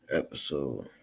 episode